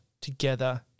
together